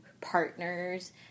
partners